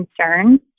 concerns